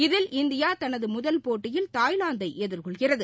இதில் இந்தியா தனது முதல் போட்டியில் தாய்லாந்தை எதிர்கொள்கிறது